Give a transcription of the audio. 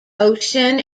ocean